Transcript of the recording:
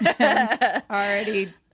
Already